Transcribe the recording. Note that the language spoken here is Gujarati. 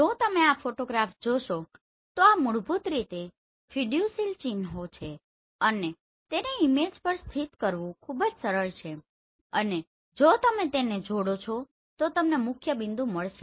જો તમે આ ફોટોગ્રાફ જોશો તો આ મૂળભૂત રીતે ફીડ્યુસીયલ ચિન્હો છે અને તેને ઈમેજ પર સ્થિત કરવું ખૂબ જ સરળ છે અને જો તમે તેને જોડો છો તો તમને મુખ્યબિંદુ મળશે